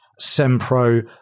Sempro